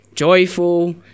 joyful